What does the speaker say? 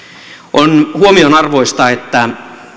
on huomionarvoista että